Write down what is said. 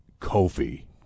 Kofi